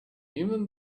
even